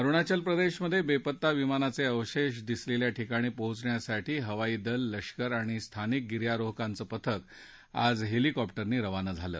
अरुणाचलमधे बेपत्ता विमानाचे अवशेष दिसलेल्या ठिकाणी पोचण्यासाठी हवाई दल लष्कर आणि स्थानिक गिर्यारोहकाचं पथक आज हेलिकॉप्टरनं रवाना झालं